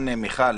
נייגר,